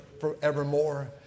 forevermore